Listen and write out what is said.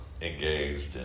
engaged